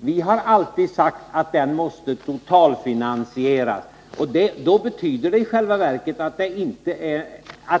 Vi har alltid sagt att reformen måste totalfinansieras, och det betyder i själva verket att det